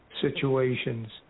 situations